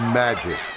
magic